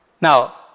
Now